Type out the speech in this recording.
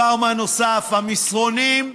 דבר מה נוסף: המסרונים,